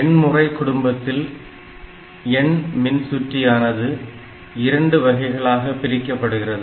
எண்முறை குடும்பத்தில் எண் மின்சுற்றியானது இரண்டு வகைகளாகப் பிரிக்கப்படுகிறது